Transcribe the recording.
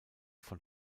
von